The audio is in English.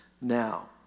now